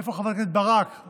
איפה חברת הכנסת קרן ברק?